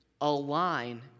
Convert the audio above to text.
align